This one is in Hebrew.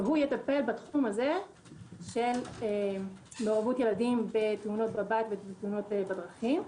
והוא יטפל בתחום הזה של מעורבות ילדים בתאונות בבית ותאונות בדרכים.